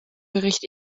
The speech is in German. bericht